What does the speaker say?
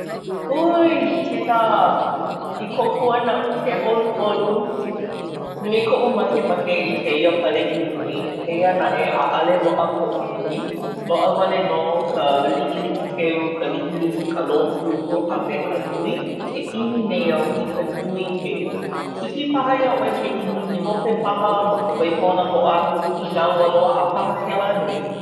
Hūi! Tita! I kōkua naʻu ke ʻoluʻolu. Nui koʻu makemake i kēia paleʻili nei, eia naʻe ʻaʻale loaʻa koʻu nui. Loaʻa wale nō ka liʻiliʻi keu, ka liʻiliʻi, ka lōpū, a me ka nui. Ke ʻimi nei i ka nui keu. Hiki papa iā ʻoe ke ʻimi i hope paha, ma ka waihona hoʻāhu, inā ua loaʻa paha kēlā nui?